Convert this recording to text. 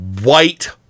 white